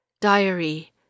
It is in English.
Diary